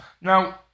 Now